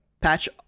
Patch